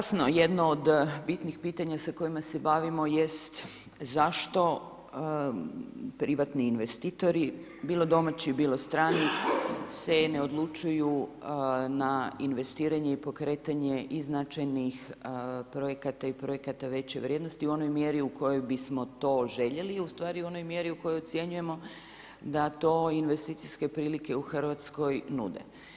Pa jasno, jedno od bitnih pitanja, sa kojima se bavimo, jest zašto privatni investitori, bilo domaći, bilo strani, se ne odlučuju, na investiranje i pokretanje i značajnih projekata i projekata veće vrijednosti u onoj mjeri u kojoj bismo to željeli i ustvari u onoj mjeri u kojoj ocjenjujemo, da to investicijske prilike u Hrvatskoj nude.